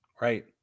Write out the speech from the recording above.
Right